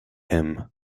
him